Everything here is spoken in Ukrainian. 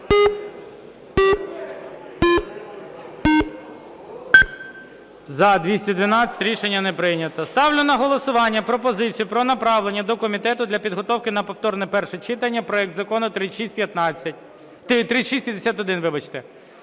За-212 Рішення не прийнято. Ставлю на голосування пропозицію про направлення до комітету для підготовки на повторне перше читання проект Закону 3651.